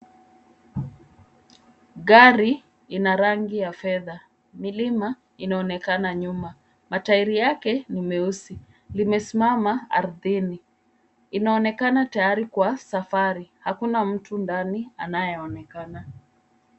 Gari ina rangi ya fedha. Milima inaonekana nyuma. Matairi yake ni meusi. Limesimama ardhini. Inaonekana tayari kwa safari. Hakuna mtu ndani anayeonekana.